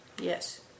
Yes